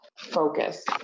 Focus